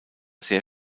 sehr